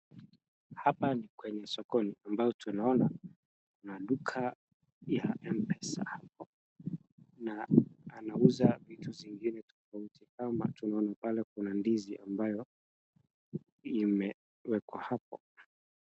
Hapa ni kwenye sokoni ambayo tunaona maduka ya M-PESA na anauza vitu zingine tofauti, kama tunaona pale kuna ndizi ambayo imewekwa hapo.